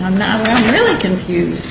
i'm not really confused